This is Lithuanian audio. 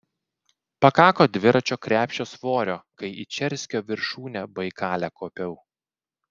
pakako dviračio krepšio svorio kai į čerskio viršūnę baikale kopiau